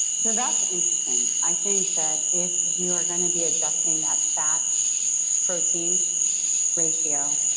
so, that's interesting. i think that if you are going to be adjusting that that fat-protein ratio,